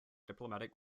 diplomatic